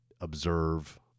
observe